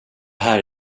här